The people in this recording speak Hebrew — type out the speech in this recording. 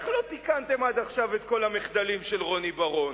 איך לא תיקנתם עד עכשיו את כל המחדלים של רוני בר-און?